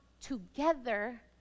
together